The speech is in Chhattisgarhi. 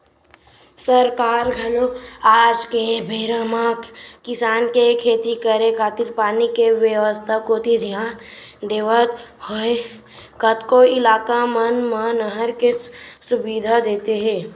सरकार घलो आज के बेरा म किसान के खेती करे खातिर पानी के बेवस्था कोती धियान देवत होय कतको इलाका मन म नहर के सुबिधा देत हे